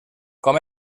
com